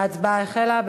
ההצבעה החלה.